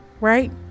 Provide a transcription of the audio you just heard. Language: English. right